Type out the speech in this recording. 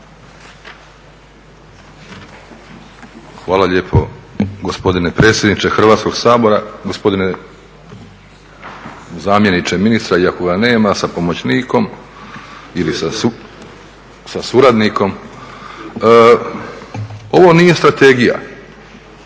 Hvala lijepo gospodine predsjedniče Hrvatskog sabora. Gospodine zamjeniče ministra, iako ga nema, sa pomoćnikom ili sa suradnikom. Ovo nije Strategija